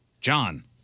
John